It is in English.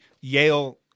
yale